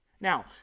Now